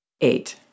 Eight